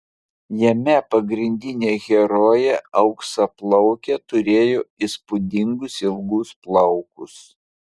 jame pagrindinė herojė auksaplaukė turėjo įspūdingus ilgus plaukus